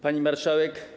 Pani Marszałek!